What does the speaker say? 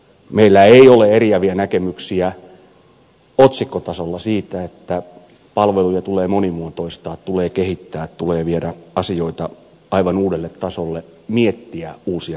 meillä ei ole eriäviä näkemyksiä otsikkotasolla siitä että palveluja tulee monimuotoistaa tulee kehittää tulee viedä asioita aivan uudelle tasolle miettiä uusia ratkaisumalleja